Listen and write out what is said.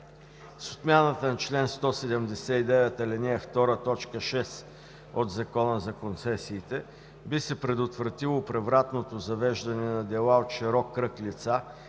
С отмяната на чл. 179, ал. 2, т. 6 от Закона за концесиите би се предотвратило превратното завеждане на дела от широк кръг лица,